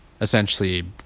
Essentially